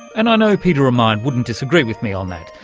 and i know peter remine wouldn't disagree with me on that.